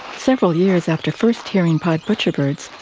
several years after first hearing pied butcherbirds,